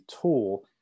tool